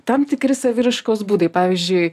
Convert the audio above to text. tam tikri saviraiškos būdai pavyzdžiui